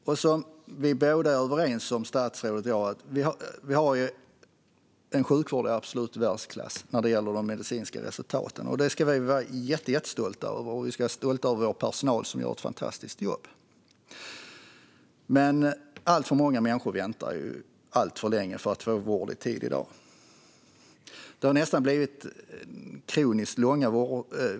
Statsrådet och jag är överens om att Sverige har en sjukvård av absolut världsklass när det gäller medicinska resultat. Det ska vi vara jättestolta över, och vi ska vara stolta över personalen, som gör ett fantastiskt jobb. Men alltför många människor väntar alltför länge på vård. Väntetiderna har i vissa fall blivit nästan kroniskt långa.